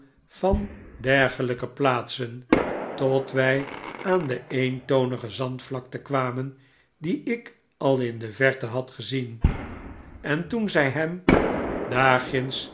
van dergelijke plaatsen tot wij aan de eentonige zandvlakte kwamen die ik al in de verte had gezien en toen zei ham